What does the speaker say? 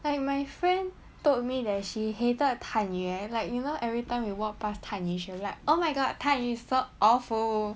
like my friend told me that she hated 探鱼 eh like you know everytime we walk past 探鱼 she will like oh my god 探鱼 is so awful